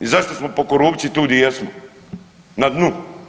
I zašto smo po korupciji tu di jesmo, na dnu?